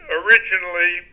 originally